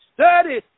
study